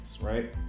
right